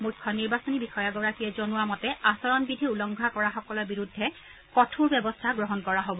মুখ্য নিৰ্বাচনী বিষয়াগৰাকীয়ে জনোৱা মতে আচৰণ বিধি উলংঘা কৰা সকলৰ বিৰুদ্ধে কঠোৰ ব্যৱস্থা গ্ৰহণ কৰা হ'ব